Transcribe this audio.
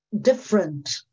different